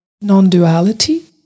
non-duality